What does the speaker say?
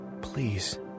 please